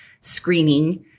screening